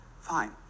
fine